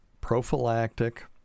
prophylactic